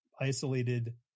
isolated